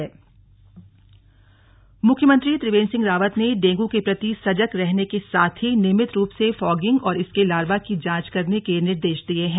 CM on dengue मुख्यमंत्री त्रिवेंद्र सिंह रावत ने dengue के प्रति सजग रहने के साथ ही नियमित रूप से फॉगिंग और इसके लार्वा की जांच करने के निर्देश दिये हैं